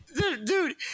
dude